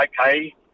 okay